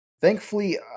Thankfully